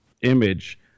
image